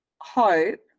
hope